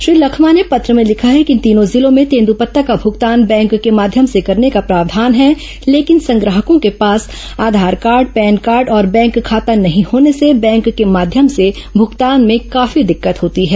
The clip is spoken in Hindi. श्री लखमा ने पत्र में लिखा है कि इन तीनों जिलों में तेंद्रपत्ता का भूगतान बैंक के माध्यम से करने का प्रावधान है लेकिन संग्राहकों के पास आधार कार्ड पैन कार्ड और बैंक खाता नहीं होने से बैंक के माध्यम से भूगतान में काफी दिक्कत होती है